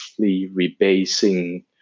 rebasing